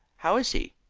how is he?